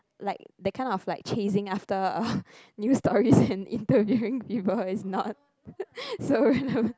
like that kind of like chasing after uh news stories and interviewing people is not so